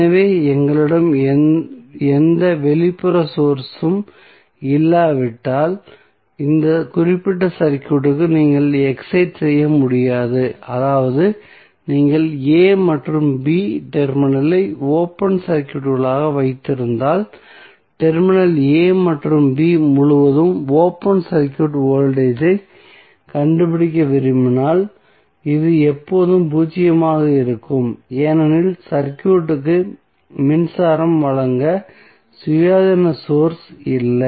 எனவே எங்களிடம் எந்த வெளிப்புற சோர்ஸ் உம் இல்லாவிட்டால் இந்த குறிப்பிட்ட சர்க்யூட்க்கு நீங்கள் எக்ஸைட் செய்ய முடியாது அதாவது நீங்கள் a மற்றும் b டெர்மினலை ஓபன் சர்க்யூட்களாக வைத்திருந்தால் டெர்மினல் a மற்றும் b முழுவதும் ஓபன் சர்க்யூட் வோல்டேஜ் ஐ கண்டுபிடிக்க விரும்பினால் இது எப்போதும் பூஜ்ஜியமாக இருக்கும் ஏனெனில் சர்க்யூட்க்கு மின்சாரம் வழங்க சுயாதீன சோர்ஸ் இல்லை